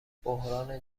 بحران